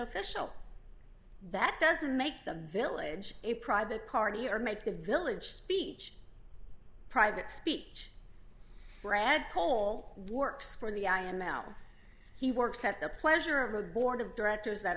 official that doesn't make the village a private party or make the village speech private speech brad hole works for the i am out he works at the pleasure of the board of directors that